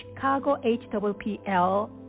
chicagohwpl